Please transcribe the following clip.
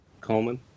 Coleman